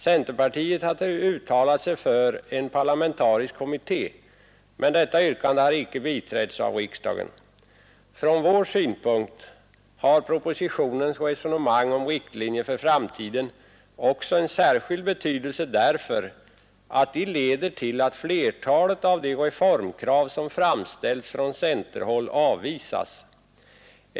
Centerpartiet har uttalat sig för en parlamentarisk kommitté, men detta yrkande har icke biträtts av riksdagen. Från vår synpunkt har propositionens resonemang om riktlinjer för framtiden också en särskild betydelse därför att de leder till att flertalet av de reformkrav som framställts från centerhåll avvisas.